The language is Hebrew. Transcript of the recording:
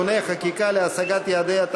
הכרזתי על ההצבעה.